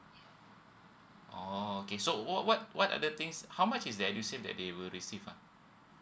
oh okay so what what what are the things how much is the edusave that they will receive ah